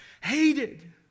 hated